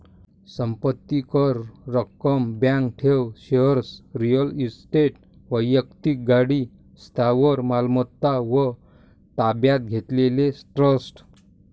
संपत्ती कर, रक्कम, बँक ठेव, शेअर्स, रिअल इस्टेट, वैक्तिक गाडी, स्थावर मालमत्ता व ताब्यात घेतलेले ट्रस्ट